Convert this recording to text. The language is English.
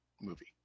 movie